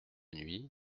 nuit